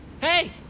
Hey